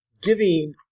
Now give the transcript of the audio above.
giving